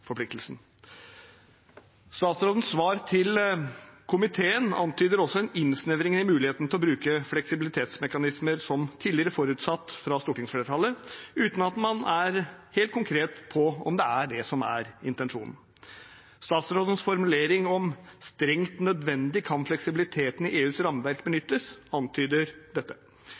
Statsrådens svar til komiteen antyder også en innsnevring i muligheten til å bruke fleksibilitetsmekanismer som tidligere forutsatt av stortingsflertallet, uten at man er helt konkret på om det er det som er intensjonen. Statsrådens formulering «om strengt nødvendig kan fleksibiliteten i EUs rammeverk benyttes» antyder dette.